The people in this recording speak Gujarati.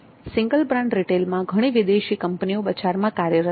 સિંગલ બ્રાન્ડ રિટેલમાં ઘણી વિદેશી કંપનીઓ બજારમાં કાર્યરત છે